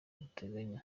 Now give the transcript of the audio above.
duteganya